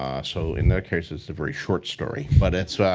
um so, in that case, it's a very short story. but it's